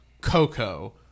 Coco